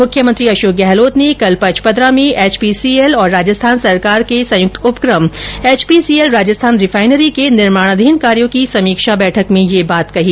मुख्यमंत्री अशोक गहलोत ने कल पचपदरा में एचपीसीएल और राजस्थान सरकार के संयुक्त उपक्रम एचपीसीएल राजस्थान रिफाइनरी के निर्माणाधीन कायोँ की समीक्षा बैठक में यह बात कही